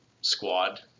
squad